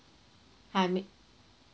hi miss